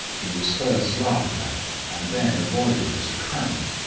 he was first laughed at and then avoided as a crank.